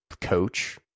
coach